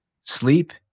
Sleep